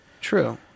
True